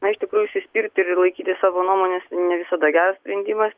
na iš tikrųjų užsispirti ir laikytis savo nuomonės ne visada geras sprendima